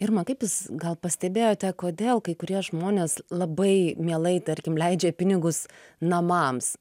irma kaip jūs gal pastebėjote kodėl kai kurie žmonės labai mielai tarkim leidžia pinigus namams